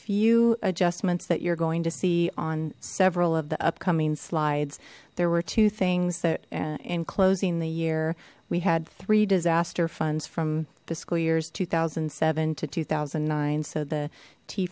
few adjustments that you're going to see on several of the upcoming slides there were two things that in closing the year we had three disaster funds from fiscal years two thousand and seven to two thousand and nine so the tea